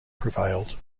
prevailed